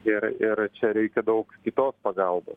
ir ir čia reikia daug kitos pagalbos